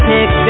Pick